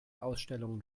ausstellungen